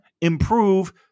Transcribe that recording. improve